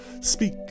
speak